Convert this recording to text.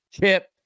chip